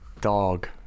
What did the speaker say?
Dog